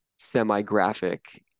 semi-graphic